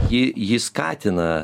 ji jį skatina